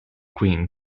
queen